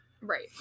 Right